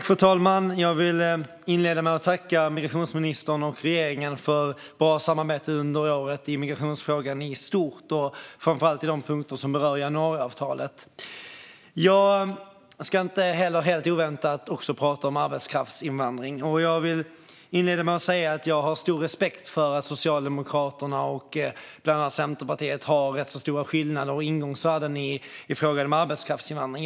Fru talman! Jag vill inleda med att tacka migrationsministern och regeringen för ett bra samarbete under året i migrationsfrågan i stort och framför allt i de punkter som berör januariavtalet. Jag ska inte helt oväntat också tala om arbetskraftsinvandring. Jag vill inleda med att säga att jag har stor respekt för att Socialdemokraterna och bland annat Centerpartiet har rätt så stora skillnader i ingångsvärden i frågan om arbetskraftsinvandring.